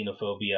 xenophobia